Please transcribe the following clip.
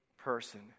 person